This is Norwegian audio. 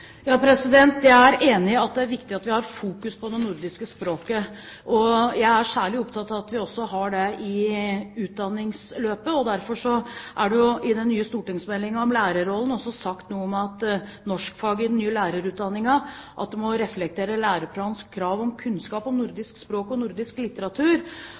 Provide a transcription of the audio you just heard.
Jeg er enig i at det er viktig at vi har fokus på det nordiske språket, og jeg er særlig opptatt av at vi også har det i utdanningsløpet. Derfor er det i den nye stortingsmeldingen om lærerrollen også sagt noe om at norskfaget i den nye lærerutdanningen må reflektere læreplanens krav om kunnskap om nordisk språk og nordisk litteratur.